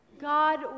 God